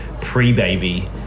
pre-baby